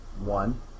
One